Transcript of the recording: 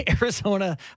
Arizona